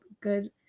good